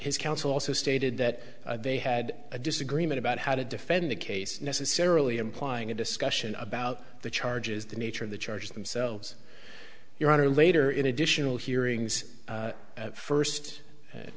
his counsel also stated that they had a disagreement about how to defend the case necessarily implying a discussion about the charges the nature of the charges themselves your honor later in additional hearings first